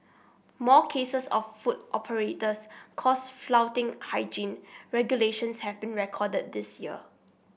more cases of food operators caught flouting hygiene regulations have been recorded this year